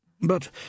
But